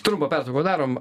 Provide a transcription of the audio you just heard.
trumpą pertrauką darom